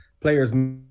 players